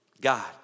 God